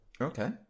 Okay